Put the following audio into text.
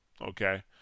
okay